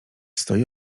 stoi